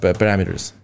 parameters